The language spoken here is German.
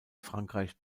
frankreich